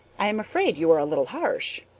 i am afraid you were a little harsh.